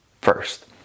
first